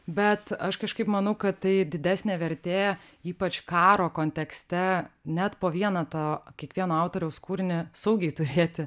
bet aš kažkaip manau kad tai didesnė vertė ypač karo kontekste net po vieną to kiekvieno autoriaus kūrinį saugiai turėti